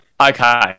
Okay